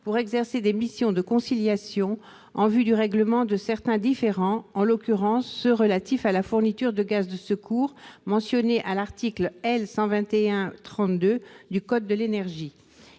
pour exercer des missions de conciliation en vue du règlement de certains différends, en l'occurrence ceux relatifs à la fourniture de gaz de secours mentionnée à l'article L. 121-32 du code de l'énergie.